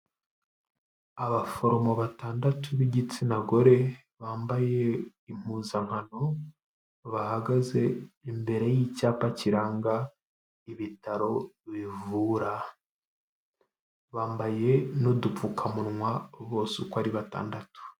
Abaforomo batandatu b'igitsina gore, bambaye impuzankano, bahagaze imbere y'icyapa kiranga ibitaro bivura, bambaye n'udupfukamunwa bose uko ari batandatu.